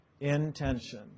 Intention